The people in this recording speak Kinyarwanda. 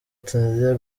tunisia